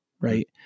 right